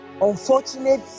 unfortunate